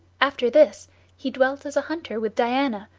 after this he dwelt as a hunter with diana,